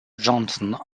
johnson